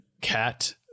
cat